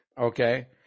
okay